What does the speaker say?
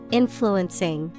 influencing